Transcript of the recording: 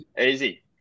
Easy